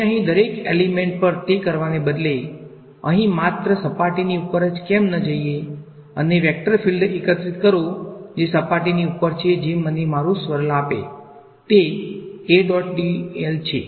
તેને અહીં દરેક એલીમેંટ પર તે કરવાને બદલે અહીં માત્ર સપાટીની ઉપર જ કેમ ન જઈએ અને વેક્ટર ફીલ્ડ એકત્રિત કરો જે સપાટીની ઉપર છે જે મને મારું સ્વર્લ આપશે તે છે